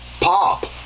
pop